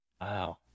Wow